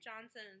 Johnson